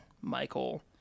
Michael